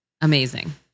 amazing